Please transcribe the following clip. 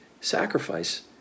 sacrifice